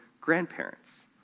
grandparents